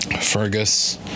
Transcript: Fergus